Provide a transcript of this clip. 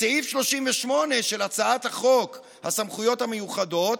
בסעיף 38 של הצעת חוק הסמכויות המיוחדות,